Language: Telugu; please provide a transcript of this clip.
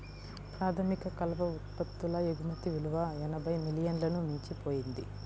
ప్రాథమిక కలప ఉత్పత్తుల ఎగుమతి విలువ ఎనభై మిలియన్లను మించిపోయింది